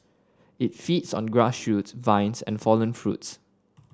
it feeds on grass shoots vines and fallen fruits